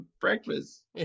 breakfast